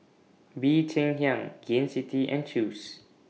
Bee Cheng Hiang Gain City and Chew's